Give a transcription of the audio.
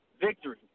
Victory